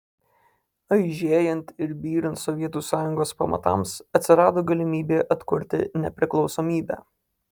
aižėjant ir byrant sovietų sąjungos pamatams atsirado galimybė atkurti nepriklausomybę